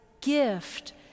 gift